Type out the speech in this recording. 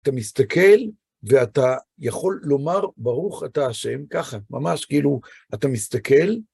אתה מסתכל, ואתה יכול לומר, ברוך אתה ה' ככה, ממש כאילו, אתה מסתכל,